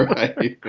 i